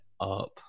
up